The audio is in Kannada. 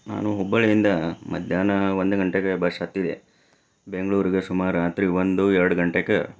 ನಾನು ಹುಬ್ಬಳ್ಳಿಯಿಂದ ಮಧ್ಯಾಹ್ನ ಒಂದು ಗಂಟೆಗೆ ಬಸ್ ಹತ್ತಿದೆ ಬೆಂಗಳೂರಿಗೆ ಸುಮಾರು ರಾತ್ರಿ ಒಂದು ಎರಡು ಗಂಟೆಗೆ